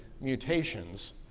mutations